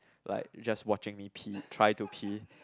like watching me pee try to pee